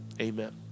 amen